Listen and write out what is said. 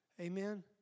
Amen